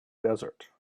desert